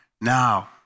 now